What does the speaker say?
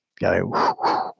Go